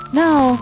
now